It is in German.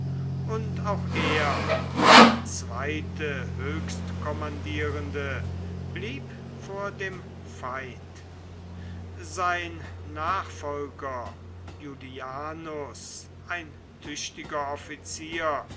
und auch er der zweite höchstkommandierende blieb vor dem feind sein nachfolger iulianus ein tüchtiger offizier